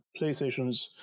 Playstations